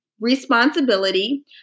responsibility